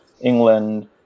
England